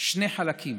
שני חלקים: